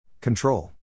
Control